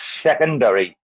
secondary